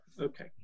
Okay